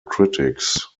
critics